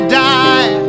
die